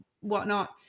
whatnot